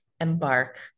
embark